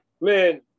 Man